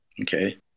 Okay